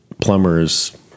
plumbers